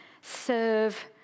serve